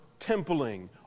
templing